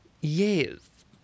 Yes